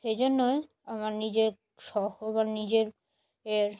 সেই জন্যই আমার নিজের শহর বা নিজের এর